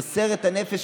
מוסר את הנפש,